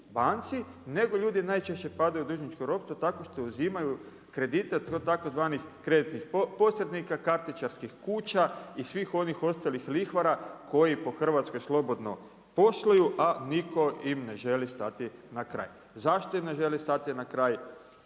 banci, nego ljudi najčešće padaju u dužničko ropstvo tako što uzimaju kredite od tzv. kreditnih posrednika, kartičarske kuća i svih onih ostalih lihvara koji po Hrvatskoj slobodno posluju, a nitko im ne želi stati na kraj. Zašto im ne želi stati na kraj?